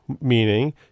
meaning